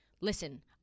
listen